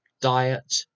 Diet